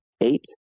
eight